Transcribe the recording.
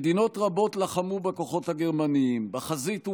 מדינות רבות לחמו בכוחות הגרמניים, בחזית ובעורף,